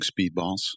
speedballs